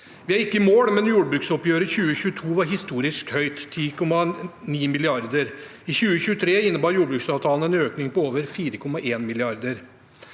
Vi er ikke i mål, men jordbruksoppgjøret i 2022 var historisk høyt, 10,9 mrd. kr. I 2023 innebar jordbruksavtalen en økning på over 4,1 mrd.